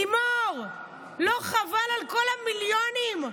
לימור, לא חבל על כל המיליונים?